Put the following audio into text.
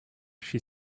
she